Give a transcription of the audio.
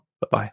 Bye-bye